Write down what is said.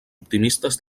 optimistes